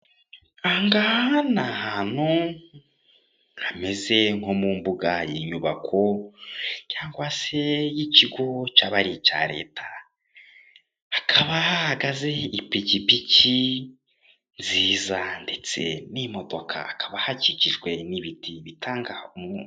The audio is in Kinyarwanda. Aha ngaha ni ahantu hameze nko mu mbuga y'inyubako, cyangwa se y'ikigo cyaba ari icya Leta, hakaba hahagaze ipikipiki nziza ndetse n'imodoka, hakaba hakikijwe n'ibiti bitanga umwuka.